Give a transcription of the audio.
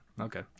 okay